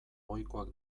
ohikoak